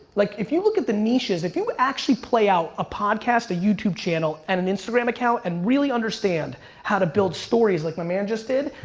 like, if you look at the niches, if you actually play out a podcast, a youtube channel and an instagram account and really understand how to build stories like my man just did,